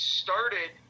started